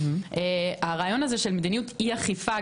הרעיון של מדיניות אי אכיפה,